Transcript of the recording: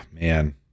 man